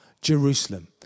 Jerusalem